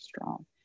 strong